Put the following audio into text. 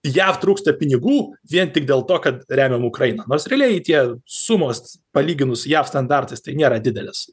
jav trūksta pinigų vien tik dėl to kad remiam ukrainą nors realiai tie sumos palyginus jav standartais tai nėra didelės